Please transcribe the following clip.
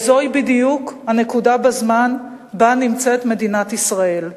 וזוהי בדיוק הנקודה בזמן שבה נמצאת מדינת ישראל,